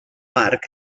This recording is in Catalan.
parc